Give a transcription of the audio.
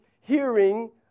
hearing